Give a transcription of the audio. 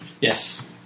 Yes